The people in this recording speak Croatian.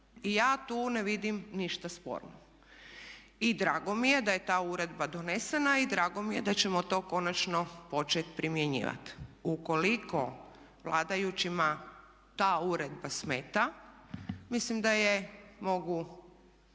I ja tu ne vidim ništa sporno. I drago mi je da je ta uredba donesena i drago mi je da ćemo to konačno početi primjenjivati. Ukoliko vladajućima ta uredba smeta mislim da je mogu